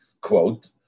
quote